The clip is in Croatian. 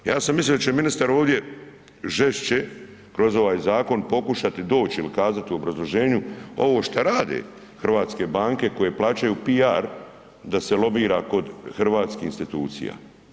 Ja sam mislio da će ministar ovdje žešće kroz ovaj zakon pokušati doći ili kazati u obrazloženju ovo šta rade hrvatske banke koje plaćaju PR da se lobira kod hrvatskih institucija.